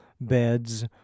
beds